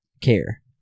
care